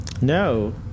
no